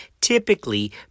typically